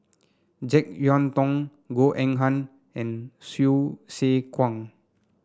JeK Yeun Thong Goh Eng Han and Hsu Tse Kwang